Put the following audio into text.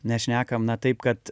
nes šnekam na taip kad